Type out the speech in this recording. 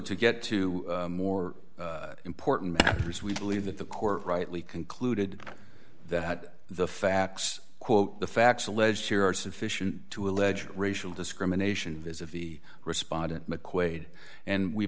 to get to more important matters we believe that the court rightly concluded that the facts quote the facts alleged here are sufficient to allege racial discrimination visit the respondent mcquade and we